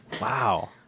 Wow